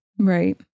Right